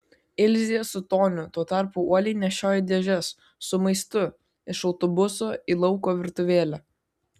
ilzė su toniu tuo tarpu uoliai nešiojo dėžes su maistu iš autobuso į lauko virtuvėlę